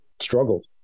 struggled